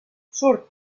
surt